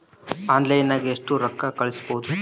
ಆನ್ಲೈನ್ನಾಗ ಎಷ್ಟು ರೊಕ್ಕ ಕಳಿಸ್ಬೋದು